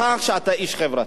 בכך שאתה איש חברתי.